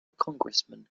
congressman